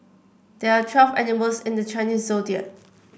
there are twelve animals in the Chinese Zodiac